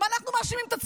גם אנחנו מאשימים את עצמנו,